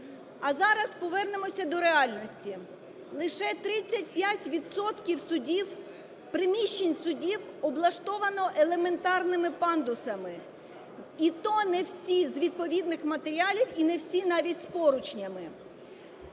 А зараз повернемося до реальності: лише 35 відсотків судів, приміщень судів облаштовані елементарними пандусами і то не всі з відповідних матеріалів і не всі навіть з поручнями.